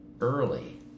early